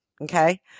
okay